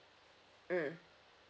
mm